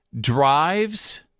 drives